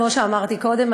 כמו שאמרתי קודם,